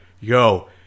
yo